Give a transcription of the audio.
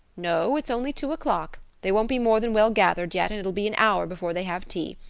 no, it's only two o'clock. they won't be more than well gathered yet and it'll be an hour before they have tea.